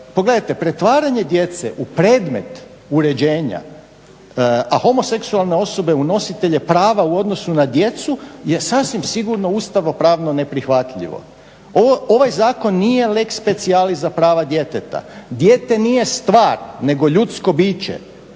Pogledajte, pretvaranje djece u predmet uređenja, a homoseksualne osobe u nositelja prava u odnosu na djecu je sasvim sigurno ustavo pravno neprihvatljivo. Ovaj zakon nije lex specialis za prava djeteta, dijete nije stvar nego ljudsko biće